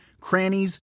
crannies